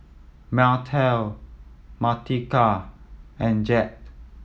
Martell Martika and Jett